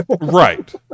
right